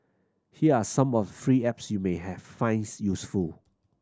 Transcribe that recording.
here are some of free apps you may finds useful